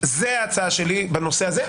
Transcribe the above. זאת ההצעה שלי בנושא הזה.